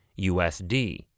USD